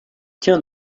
tiens